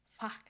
fuck